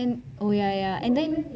o ya ya